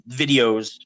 videos